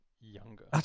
younger